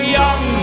young